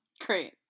great